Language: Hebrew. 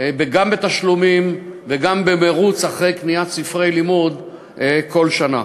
גם בתשלומים וגם במירוץ אחרי קניית ספרי לימוד כל שנה.